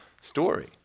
story